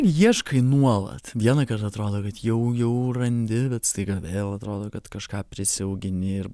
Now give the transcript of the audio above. ieškai nuolat vienąkart atrodo kad jau jau randi bet staiga vėl atrodo kad kažką prisiaugini ir